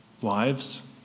wives